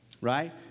Right